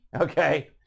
Okay